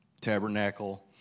tabernacle